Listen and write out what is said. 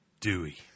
Dewey